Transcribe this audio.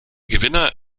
gewinner